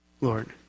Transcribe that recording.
Lord